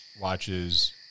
watches